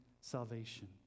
salvation